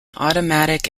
automatic